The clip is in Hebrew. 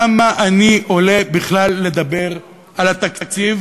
למה אני עולה בכלל לדבר על התקציב